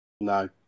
No